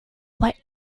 what